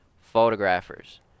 photographers